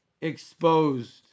Exposed